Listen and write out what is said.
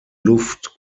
luft